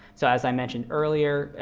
so as i mentioned earlier,